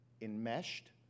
enmeshed